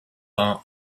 are